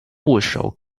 部首